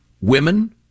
women